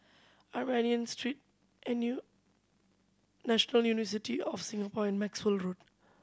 Armenian Street National University of Singapore and Maxwell Road